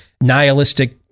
nihilistic